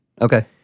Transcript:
Okay